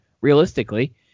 realistically